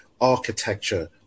architecture